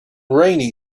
rainy